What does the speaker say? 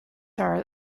are